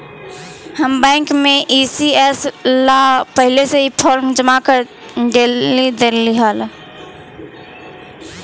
हम बैंक में ई.सी.एस ला पहले से ही फॉर्म जमा कर डेली देली हल